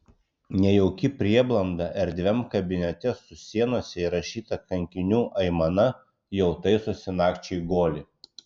nejauki prieblanda erdviam kabinete su sienose įrašyta kankinių aimana jau taisosi nakčiai guolį